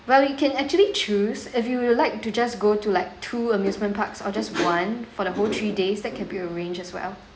well you can actually choose if you would like to just go to like two amusement parks or just one for the whole three days that can be arranged as well